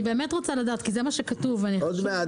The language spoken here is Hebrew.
עוד מעט